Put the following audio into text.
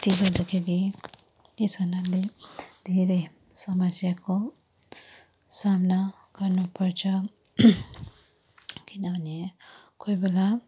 त्यसले गर्दाखेरि किसानहरूले धेरै समस्याको सामना गर्नु पर्छ किनभने कोही बेला